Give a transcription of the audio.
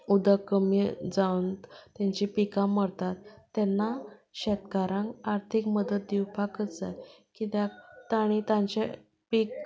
उदक कमी जावन तांचें पीक मरतात तेन्ना शेतकारांक आर्थीक मदत दिवपाकच जाय कित्याक ताणी तांचें पीक